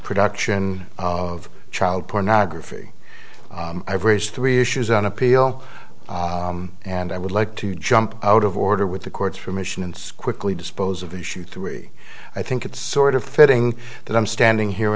production of child pornography i've raised three issues on appeal and i would like to jump out of order with the chords for mission and squiggly dispose of issue three i think it's sort of fitting that i'm standing here